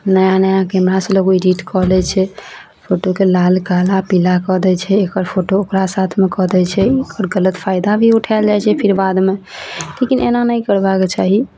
नया नया कैमरासे लोक एडिट कऽ लै छै फोटोकेँ लाल काला पीला कऽ दै छै एकर फोटो ओकरा साथमे कऽ दै छै ओकर गलत फैदा भी उठाएल जाइ छै फेर बादमे लेकिन एना नहि करबाक चाही